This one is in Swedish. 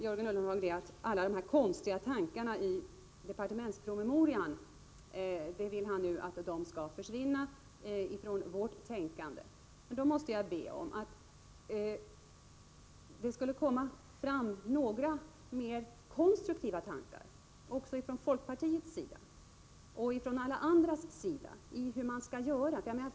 Jörgen Ullenhag vill att alla de ”konstiga” tankarna från departementspromemorian skall försvinna ur vårt tänkande. Men i så fall måste jag be om några mera konstruktiva tankar, från folkpartiets sida och från alla andras sida, om hur man skall göra.